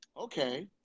okay